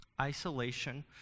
Isolation